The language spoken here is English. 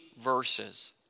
verses